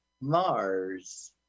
Mars